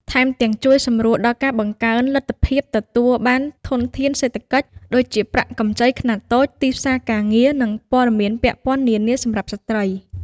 ថែមទាំង ជួយសម្រួលដល់ការបង្កើនលទ្ធភាពទទួលបានធនធានសេដ្ឋកិច្ច ដូចជាប្រាក់កម្ចីខ្នាតតូច ទីផ្សារការងារ និងព័ត៌មានពាក់ព័ន្ធនានាសម្រាប់ស្ត្រី។